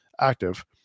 active